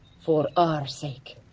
for our sake.